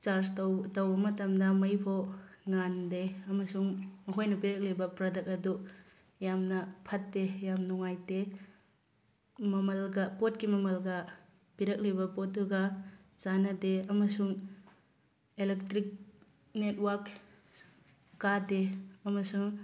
charge ꯇꯧ ꯇꯧꯕ ꯃꯇꯝꯗ ꯃꯩꯐꯧ ꯉꯥꯟꯗꯦ ꯑꯃꯁꯨꯡ ꯃꯈꯣꯏꯅ ꯄꯤꯔꯛꯂꯤꯕ ꯄ꯭ꯔꯗꯛ ꯑꯗꯨ ꯌꯥꯝꯅ ꯐꯠꯇꯦ ꯌꯥꯝ ꯅꯨꯡꯉꯥꯏꯇꯦ ꯃꯃꯜꯒ ꯄꯣꯠꯀꯤ ꯃꯃꯜꯒ ꯄꯤꯔꯛꯂꯤꯕ ꯄꯣꯠꯇꯨꯒ ꯆꯥꯟꯅꯗꯦ ꯑꯃꯁꯨꯡ ꯏꯂꯦꯛꯇ꯭ꯔꯤꯛ ꯅꯦꯠꯋꯥꯛ ꯀꯥꯗꯦ ꯑꯃꯁꯨꯡ